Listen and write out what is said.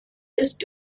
ist